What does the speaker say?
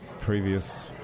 previous